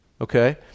okay